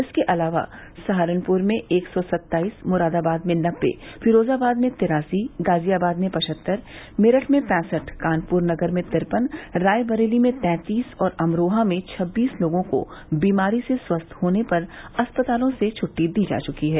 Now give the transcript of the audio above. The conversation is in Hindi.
इसके अलावा सहानपुर में एक सौ सत्ताईस मुरादाबाद में नब्बे फिरोजाबाद में तिरासी गाजियाबाद में पचहत्तर मेरठ में पैंसठ कानपुर नगर में तिरपन रायबरेली में तैंतीस और अमरोहा में छब्बीस लोगों को बीमारी से स्वस्थ होने पर अस्पतालों से छ्ट़टी दी जा च्की है